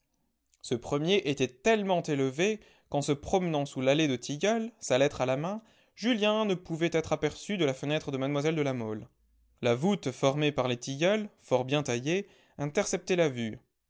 ce premier était tellement élevé qu'en se promenant sous l'allée de tilleuls sa lettre à la main julien ne pouvait être aperçu de la fenêtre de mlle de la mole la voûte formée par les tilleuls fort bien taillés interceptait la vue